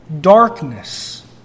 darkness